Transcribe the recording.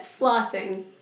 Flossing